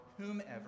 whomever